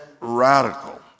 radical